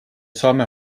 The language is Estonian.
saame